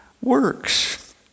works